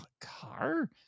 car